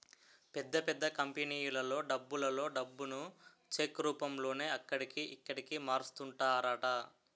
పెద్ద పెద్ద కంపెనీలలో డబ్బులలో డబ్బును చెక్ రూపంలోనే అక్కడికి, ఇక్కడికి మారుస్తుంటారట